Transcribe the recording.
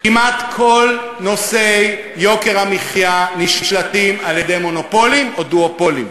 כמעט כל נושאי יוקר המחיה נשלטים על-ידי מונופולים או דואופולים.